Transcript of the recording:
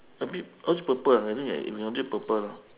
a bit yours purple ah I think purple ah